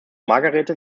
margarethe